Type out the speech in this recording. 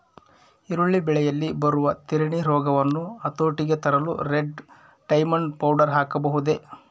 ಈರುಳ್ಳಿ ಬೆಳೆಯಲ್ಲಿ ಬರುವ ತಿರಣಿ ರೋಗವನ್ನು ಹತೋಟಿಗೆ ತರಲು ರೆಡ್ ಡೈಮಂಡ್ ಪೌಡರ್ ಹಾಕಬಹುದೇ?